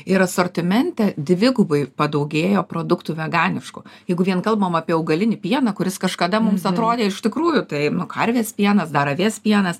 ir asortimente dvigubai padaugėjo produktų veganiškų jeigu vien kalbam apie augalinį pieną kuris kažkada mums atrodė iš tikrųjų tai nu karvės pienas dar avies pienas